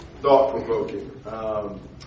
thought-provoking